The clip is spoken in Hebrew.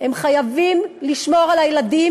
הם חייבים לשמור על הילדים,